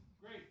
great